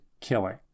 killing